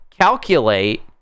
calculate